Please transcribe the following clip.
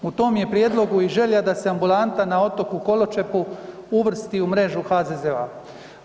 U tom je prijedlogu i želja da se ambulanta na otoku Koločepu uvrsti u mrežu HZZO-a.